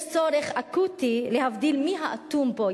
יש צורך אקוטי להבדיל מי האטום פה.